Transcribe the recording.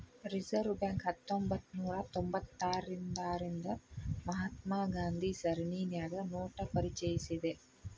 reserve Bank ಹತ್ತೊಂಭತ್ನೂರಾ ತೊಭತಾರ್ರಿಂದಾ ರಿಂದ ಮಹಾತ್ಮ ಗಾಂಧಿ ಸರಣಿನ್ಯಾಗ ನೋಟ ಪರಿಚಯಿಸೇದ್